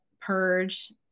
purge